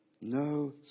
No